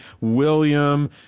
William